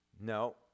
No